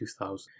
2000